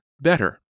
better